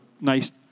nice